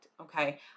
Okay